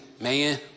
Man